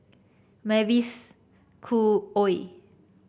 Mavis Khoo Oei